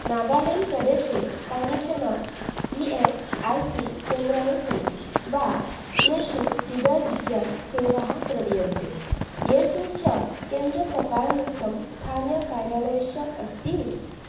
नागालेण्ड् प्रदेशे कानिचन E S I C केन्द्राणि सन्ति वा येषु क्रीडाविग्यान् सेवाः प्रदीयन्ते येषु च केन्द्रप्रकारयुक्तं स्थानीयकार्यालयस्य अस्ति